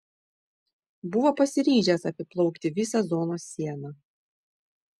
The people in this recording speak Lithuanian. buvo pasiryžęs apiplaukti visą zonos sieną